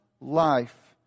life